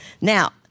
Now